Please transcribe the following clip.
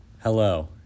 Hello